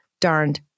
darned